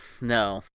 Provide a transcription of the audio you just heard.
No